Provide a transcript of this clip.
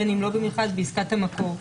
בין אם לא במכרז בעסקת המכרז.